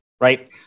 right